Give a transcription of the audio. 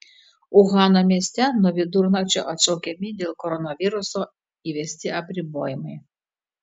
uhano mieste nuo vidurnakčio atšaukiami dėl koronaviruso įvesti apribojimai